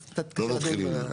אז צריך לדון --- לא נתחיל עם זה,